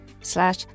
slash